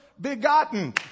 begotten